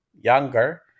younger